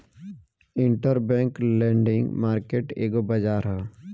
interbank lending market एगो बाजार ह